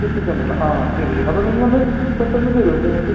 city സെൻ്ററിലോ ആ ശരി ശരി അപ്പോൾ നിങ്ങൾ ഒന്ന് പെട്ടെന്ന് വരുമോ ഒന്ന് ഇങ്ങോട്ട്